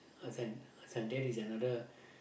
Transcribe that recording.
this one this one there is another